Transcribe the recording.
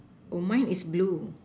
oh mine is blue